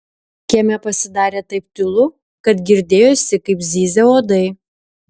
kieme pasidarė taip tylu kad girdėjosi kaip zyzia uodai